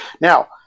now